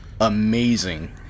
amazing